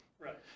right